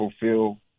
fulfill